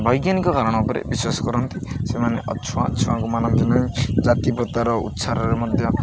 ବୈଜ୍ଞାନିକ କାରଣ ଉପରେ ବିଶ୍ୱାସ କରନ୍ତି ସେମାନେ ଅଛୁଆଁ ଛୁଆଁଙ୍କୁ ମାନନ୍ତି ନାହିଁ ଜାତି ପ୍ରଥାର ମଧ୍ୟ